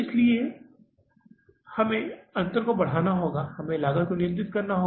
इसलिए हमें अंतर को बढ़ाना होगा हमें लागत को नियंत्रित करना होगा